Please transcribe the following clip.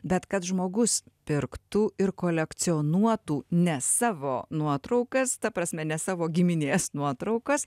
bet kad žmogus pirktų ir kolekcionuotų ne savo nuotraukas ta prasme ne savo giminės nuotraukas